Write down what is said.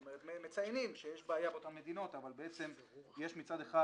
זאת אומרת מציינים שיש בעיה באותן מדינות אבל בעצם יש מצד אחד